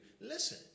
Listen